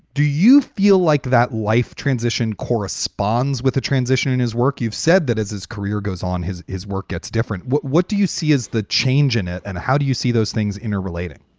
do you feel like that life transition corresponds with a transition in his work? you've said that as his career goes on, his his work gets different. what what do you see as the change in it and how do you see those things interrelating?